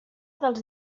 dels